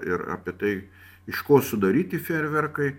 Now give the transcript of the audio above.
ir apie tai iš ko sudaryti fejerverkai